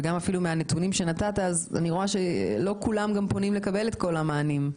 גם מהנתונים שנתת אני רואה שלא כולם פונים לקבל את כל המענים.